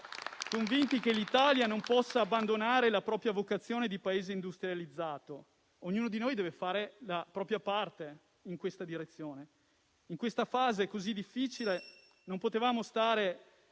convinti che l'Italia non possa abbandonare la propria vocazione di Paese industrializzato. Ognuno di noi deve fare la propria parte in questa direzione. In questa fase così difficile non potevamo stare